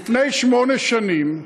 לפני שמונה שנים,